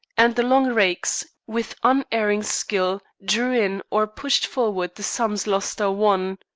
and the long rakes, with unerring skill, drew in or pushed forward the sums lost or won.